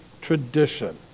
tradition